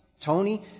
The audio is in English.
Tony